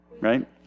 Right